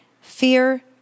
fear